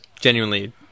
genuinely